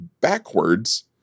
backwards